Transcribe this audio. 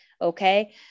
Okay